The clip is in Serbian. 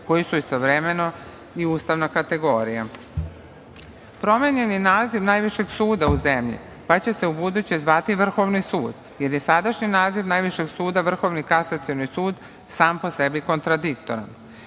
koji su istovremeno i ustavna kategorija. Promenjen je i naziv najvišeg suda u zemlji, pa će se ubuduće zvati Vrhovni sud, jer je sadašnji naziv najvišeg suda, Vrhovni kasacioni sud, sam po sebi kontradiktoran. Predviđeno